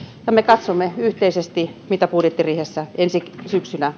ja me katsomme yhteisesti mitä budjettiriihessä ensi syksynä